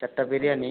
ଚାରିଟା ବିରିୟାନୀ